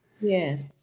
Yes